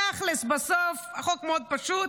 ותכלס בסוף החוק מאוד פשוט.